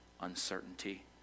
uncertainty